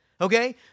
Okay